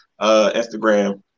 Instagram